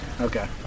Okay